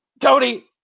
Cody